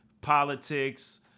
politics